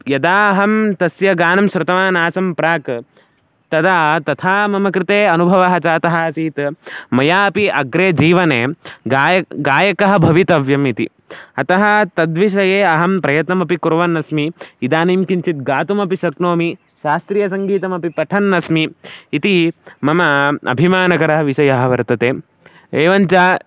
यदा अहं तस्य गानं शृतवान् आसं प्राक् तदा तथा मम कृते अनुभवः जातः आसीत् मयापि अग्रे जीवने गायकः गायकः भवितव्यम् इति अतः तद्विषये अहं प्रयत्नमपि कुर्वन् अस्मि इदानीं किञ्चित् गातुमपि शक्नोमि शास्त्रीयसङ्गीतमपि पठन्नस्मि इति मम अभिमानकरः विषयः वर्तते एवञ्च